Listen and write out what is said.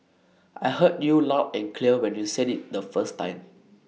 I heard you loud and clear when you said IT the first time